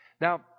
Now